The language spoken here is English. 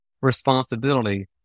responsibility